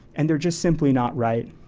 and they're just simply not right.